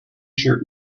shirt